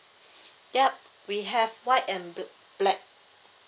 yup we have white and b~ black